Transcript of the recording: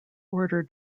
order